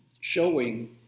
showing